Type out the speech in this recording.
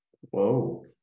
Whoa